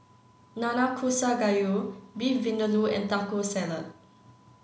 Nanakusa Gayu Beef Vindaloo and Taco Salad